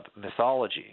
mythology